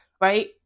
right